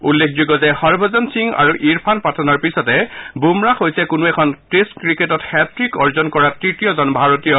উল্লেখযোগ্য যে হৰভছন সিং আৰু ইৰফান পাঠানৰ পিছতে বুমৰাহ হৈছে কোনো এখন টেষ্ট ফ্ৰিকেটত হেট্টিক অৰ্জন কৰা তৃতীয়জন ভাৰতীয়